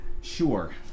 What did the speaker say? sure